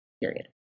period